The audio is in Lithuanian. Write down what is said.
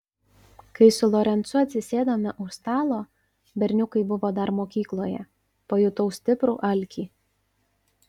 kai su lorencu atsisėdome už stalo berniukai buvo dar mokykloje pajutau stiprų alkį